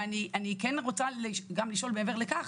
ואני כן רוצה גם לשאול מעבר לכך,